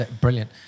brilliant